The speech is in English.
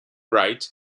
rite